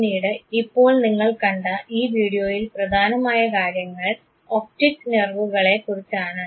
പിന്നീട് ഇപ്പോൾ നിങ്ങൾ കണ്ട ഈ വീഡിയോയിൽ പ്രധാനമായ കാര്യങ്ങൾ ഒപ്ടിക് നേർവുകളെ കുറിച്ചാണ്